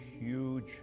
huge